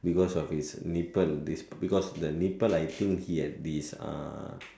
because of his nipple because the nipple I think he had this ah